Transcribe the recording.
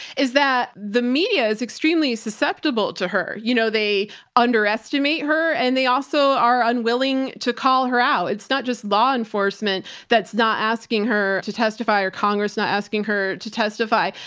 is that the media is extremely susceptible to her. you know, they underestimate her and they also are unwilling to call her out. it's not just law enforcement that's not asking her to testify or congress not asking her to testify.